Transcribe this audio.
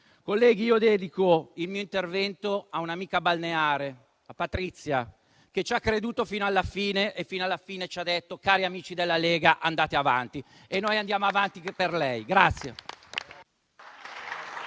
Colleghi, dedico il mio intervento a un'amica balneare, a Patrizia, che ci ha creduto fino alla fine e fino alla fine ci ha detto: cari amici della Lega, andate avanti. E noi andiamo avanti per lei.